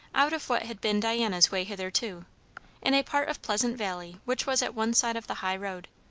out of what had been diana's way hitherto in a part of pleasant valley which was at one side of the high road.